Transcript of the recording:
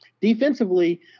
defensively